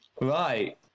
Right